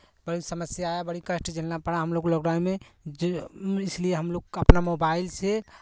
बड़ी समस्या है बड़ी कष्ट झेलना पड़ा हम लोग को लॉकडाउन में जो इसलिए हम लोग अपना मोबाइल से